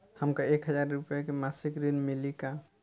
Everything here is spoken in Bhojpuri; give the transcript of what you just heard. हमका एक हज़ार रूपया के मासिक ऋण मिली का?